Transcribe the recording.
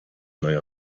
neuer